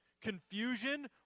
confusion